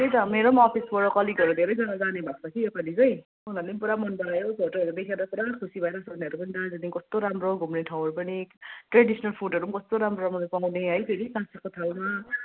त्यही त मेरो पनि अफिसबाट कलिगहरू धेरैजना जाने भएको छ योपालि चाहिँ उनीहरूले पनि पुरा मन परायो फोटोहरू देखेर पुरा खुसी भइरहेको छ उनीहरू पनि दार्जिलिङ कस्तो राम्रो घुम्ने ठाँउहरू पनि ट्रेडिस्नल फुडहरू पनि कस्तो राम्रो राम्रो पाउने है फेरि काँसाको थालमा